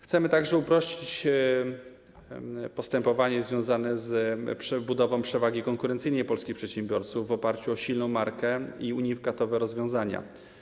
Chcemy uprościć postępowanie związane z przebudową przewagi konkurencyjnej polskich przedsiębiorców w oparciu o silną markę i unikatowe rozwiązania.